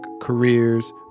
careers